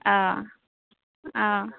অঁ অঁ